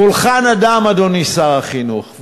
קולך נדם, אדוני שר החינוך.